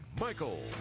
Michael